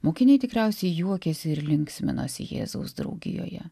mokiniai tikriausiai juokėsi ir linksminosi jėzaus draugijoje